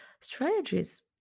strategies